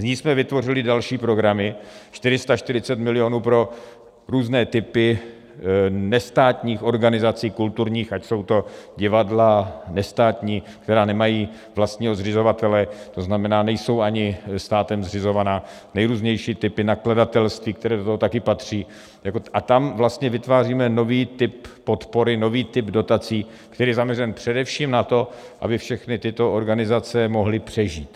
Z ní jsme vytvořili další programy 440 milionů pro různé typy nestátních organizací kulturních, ať jsou to divadla nestátní, která nemají vlastního zřizovatele, tzn. nejsou ani státem zřizovaná, nejrůznější typy nakladatelství, které do toho taky patří, a tam vlastně vytváříme nový typ podpory, nový typ dotací, který je zaměřen především na to, aby všechny tyto organizace mohly přežít.